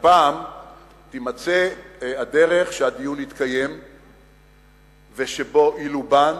שהפעם תימצא הדרך שהדיון יתקיים ובו ילובן,